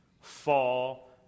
Fall